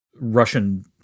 Russian